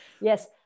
Yes